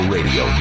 Radio